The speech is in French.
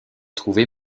trouvé